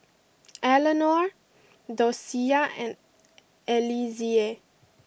Eleanore Dosia and Eliezer